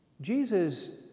Jesus